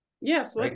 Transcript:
Yes